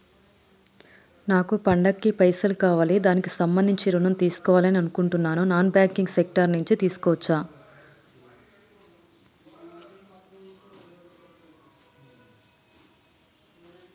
నాకు పండగ కి పైసలు కావాలి దానికి సంబంధించి ఋణం తీసుకోవాలని అనుకుంటున్నం నాన్ బ్యాంకింగ్ సెక్టార్ నుంచి తీసుకోవచ్చా?